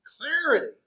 clarity